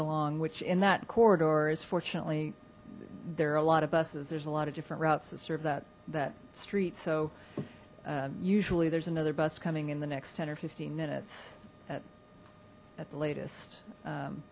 along which in that corridor is fortunately there are a lot of buses there's a lot of different routes to sort of that that street so usually there's another bus coming in the next ten or fifteen minutes that at the latest